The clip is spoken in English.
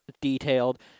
detailed